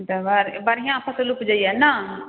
एमहर बढ़िआँ फसल ऊपजैया ने